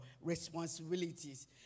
responsibilities